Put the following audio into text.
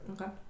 Okay